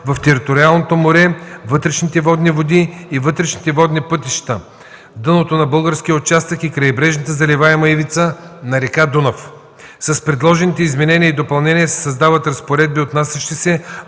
вътрешните морски води и вътрешните водни пътища – дъното на българския участък и крайбрежната заливаема ивица на река Дунав. С предложените изменения и допълнения се създават разпоредби, отнасящи се